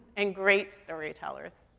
and great storytellers.